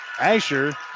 Asher